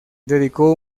dedicó